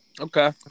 Okay